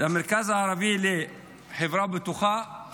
המרכז הערבי לחברה בטוחה,